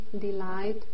delight